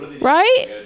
right